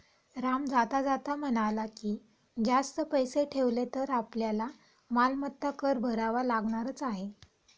राम जाता जाता म्हणाला की, जास्त पैसे ठेवले तर आपल्याला मालमत्ता कर भरावा लागणारच आहे